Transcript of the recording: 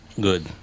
Good